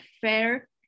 fair